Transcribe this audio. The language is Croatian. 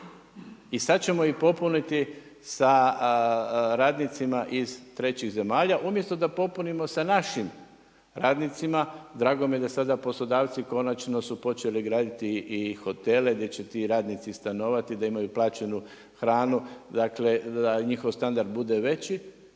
I sad ćemo ih popuniti sa radnicima iz trećih zemalja umjesto da popunimo sa našim radnicima, drago mi je da sada poslodavci konačno su počeli graditi i hotele gdje će ti radnici i stanovati, da imaju plaćenu hranu, dakle, da njihov standard bude veći,